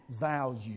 value